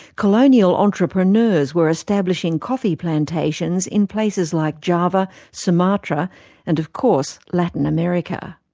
colonial entrepreneurs were establishing coffee plantations in places like java, sumatra and, of course, latin america.